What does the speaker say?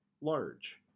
large